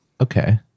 Okay